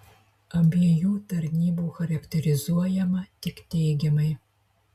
abiejų tarnybų charakterizuojama tik teigiamai